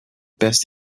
best